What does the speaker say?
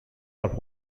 are